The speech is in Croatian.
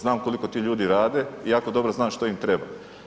Znam koliko ti ljudi rade i jako dobro znam što im treba.